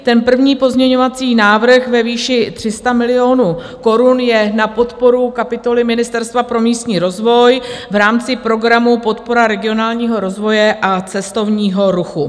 Ten první pozměňovací návrh ve výši 300 milionů korun je na podporu kapitoly Ministerstva pro místní rozvoj v rámci programu Podpora regionálního rozvoje a cestovního ruchu.